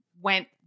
went